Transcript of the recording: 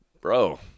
bro